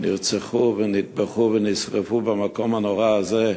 נרצחו ונטבחו ונשרפו, במקום הנורא הזה.